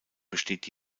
besteht